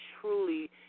truly